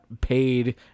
paid